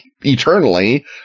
eternally